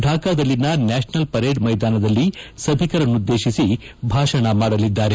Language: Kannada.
ಢಾಕಾದಲ್ಲಿನ ನ್ನಾಷನಲ್ ಪರೇಡ್ ಮೈದಾನದಲ್ಲಿ ಸಭಿಕರನ್ನುದ್ದೇಶಿಸಿ ಭಾಷಣ ಮಾಡಲಿದ್ದಾರೆ